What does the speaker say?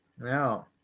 No